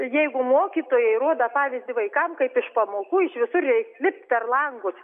jeigu mokytojai rodo pavyzdį vaikam kaip iš pamokų iš visur reik lipti per langus